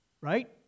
right